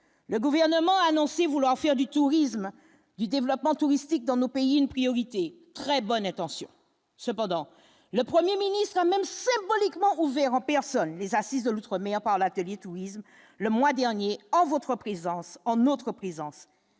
Le gouvernement a annoncé vouloir faire du tourisme du développement touristique dans nos pays une priorité très bonne intention cependant le 1er ministre a même symboliquement ouvert en personne les assises de l'Outre-mer par la télé, tourisme, le mois dernier à votre présence en notre présence,